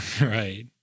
Right